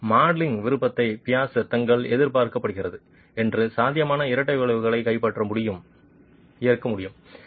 மற்றும் மாடலிங் விருப்பத்தை பியர்ஸ் தங்களை எதிர்பார்க்கப்படுகிறது என்று சாத்தியமான இரட்டை வளைவு கைப்பற்ற முடியும் இருக்க வேண்டும்